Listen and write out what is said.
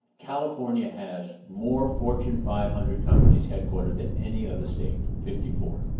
california has more fortune five hundred companies headquartered than any other state, fifty four.